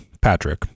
Patrick